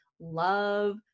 love